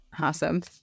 Awesome